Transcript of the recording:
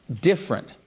different